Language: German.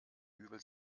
übel